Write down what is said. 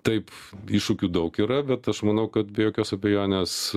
taip iššūkių daug yra bet aš manau kad be jokios abejonės